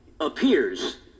appears